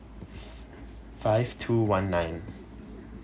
five two one nine